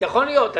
יכול להיות,